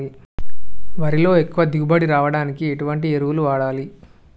వరిలో ఎక్కువ దిగుబడి రావడానికి ఎటువంటి ఎరువులు వాడాలి?